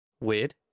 weird